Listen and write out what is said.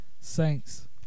Saints